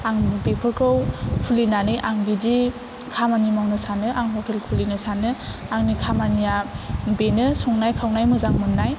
आं बेफोरखौ खुलिनानै आं बिदि खामानि मावनो सानो आं हटेल खुलिनो सानो आंनि खामानिया बेनो संनाय खावनाय मोजां मोननाय